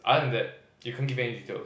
other than that you can't give any details